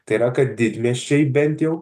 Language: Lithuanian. tai yra kad didmiesčiai bent jau